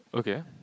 okay